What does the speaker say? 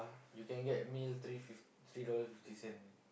you can get meal three fif~ three dollar fifty cent eh